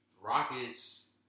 Rockets